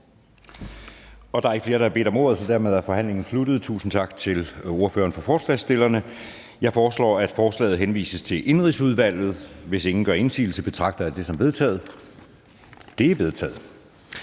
Der er ikke flere, som har bedt om ordet. Dermed er forhandlingen sluttet. Tusind tak til ordføreren for forslagsstillerne. Jeg foreslår, at forslaget henvises til Indenrigsudvalget. Hvis ingen gør indsigelse, betragter jeg det som vedtaget. Det er vedtaget.